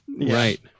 Right